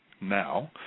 now